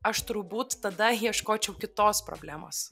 aš turbūt tada ieškočiau kitos problemos